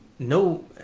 No